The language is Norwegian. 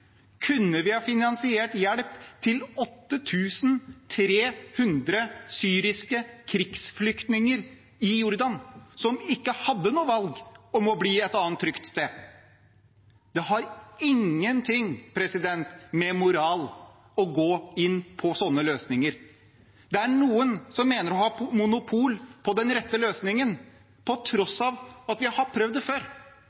kunne vi ha finansiert hjelp til 8 300 syriske krigsflyktninger i Jordan som ikke hadde noe valg om å bli et annet trygt sted. Det har ingen ting med moral å gjøre å gå inn på sånne løsninger. Det er noen som mener å ha monopol på den rette løsningen på